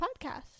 podcast